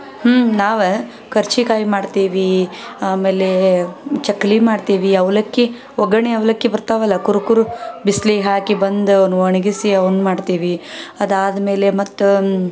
ಹ್ಞೂ ನಾವು ಕರ್ಜಿಕಾಯಿ ಮಾಡ್ತೀವಿ ಆಮೇಲೆ ಚಕ್ಕುಲಿ ಮಾಡ್ತೀವಿ ಅವಲಕ್ಕಿ ಒಗ್ಗರಣೆ ಅವಲಕ್ಕಿ ಬರ್ತಾವಲ್ಲ ಕುರು ಕುರು ಬಿಸ್ಲಿಗೆ ಹಾಕಿ ಬಂದು ಅವ್ನ ಒಣ್ಗಿನಿ ಅವ್ನ ಮಾಡ್ತೀವಿ ಅದು ಆದ್ಮೇಲೆ ಮತ್ತು